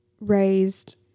raised